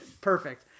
perfect